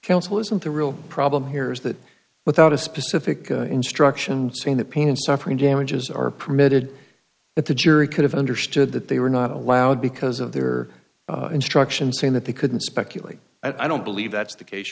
counsel isn't the real problem here is that without a specific instruction saying that pain and suffering damages are permitted that the jury could have understood that they were not allowed because of their instruction saying that they couldn't speculate i don't believe that's the case